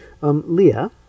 Leah